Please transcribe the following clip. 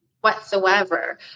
whatsoever